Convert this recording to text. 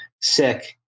sick